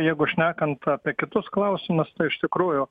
jeigu šnekant apie kitus klausimus tai iš tikrųjų